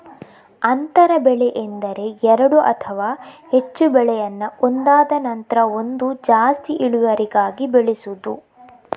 ಅಂತರ ಬೆಳೆ ಎಂದರೆ ಎರಡು ಅಥವಾ ಹೆಚ್ಚು ಬೆಳೆಯನ್ನ ಒಂದಾದ ನಂತ್ರ ಒಂದು ಜಾಸ್ತಿ ಇಳುವರಿಗಾಗಿ ಬೆಳೆಸುದು